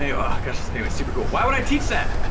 ah ah gosh anyway super cool. why would i teach that?